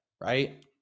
right